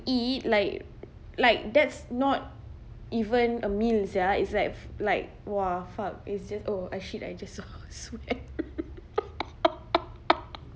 eat like like that's not even a meal sia it's like like !wah! fuck it's just oh ah shit I just oh swear